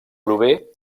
prové